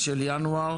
בינואר